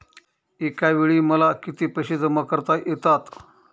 एकावेळी मला किती पैसे जमा करता येतात?